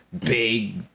big